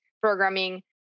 programming